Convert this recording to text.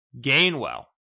Gainwell